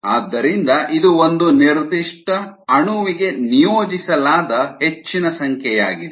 ಆದ್ದರಿಂದ ಇದು ಒಂದು ನಿರ್ದಿಷ್ಟ ಅಣುವಿಗೆ ನಿಯೋಜಿಸಲಾದ ಹೆಚ್ಚಿನ ಸಂಖ್ಯೆಯಾಗಿದೆ